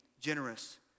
generous